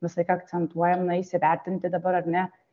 visąlaik akcentuojam na įsivertinti dabar ar ne